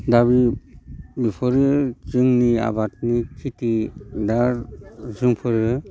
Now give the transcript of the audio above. दा बेफोरो जोंनि आबादनि खेति दा जोंफोरो